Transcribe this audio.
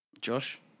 Josh